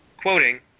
Quoting